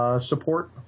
Support